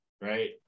right